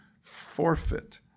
forfeit